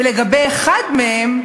ולגבי אחד מהם,